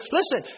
Listen